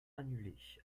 annulée